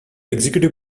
executive